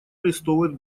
арестовывают